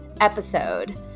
episode